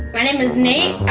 my name is nate,